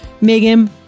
Megan